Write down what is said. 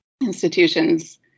institutions